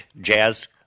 Jazz